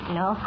no